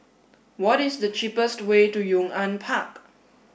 what is the cheapest way to Yong An Park